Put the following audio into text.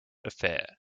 affair